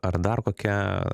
ar dar kokia